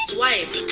Swipe